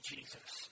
Jesus